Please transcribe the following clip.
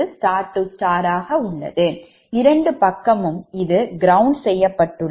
இரண்டு பக்கமும் இது கிரவுண்ட் செய்யப்பட்டுள்ளது